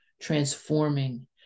transforming